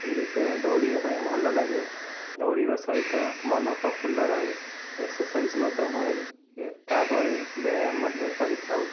ଏହି ଋତୁରେ ଦୌଡ଼ିବା ପାଇଁ ଭଲ ଲାଗେ ଦୌଡ଼ିବା ସହିତ ମନ ପ୍ରଫୁଲ୍ଲ ରହେ ଏକ୍ର୍ସାଇଜ୍ ମଧ୍ୟ ହୁଏ ତା'ପରେ ବ୍ୟାୟାମ ମଧ୍ୟ କରିଥାଉ